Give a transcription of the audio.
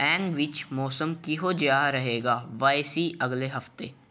ਐਨ ਵਿੱਚ ਮੌਸਮ ਕਿਹੋ ਜਿਹਾ ਰਹੇਗਾ ਵਾਏ ਸੀ ਅਗਲੇ ਹਫਤੇ